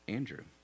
Andrew